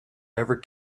ever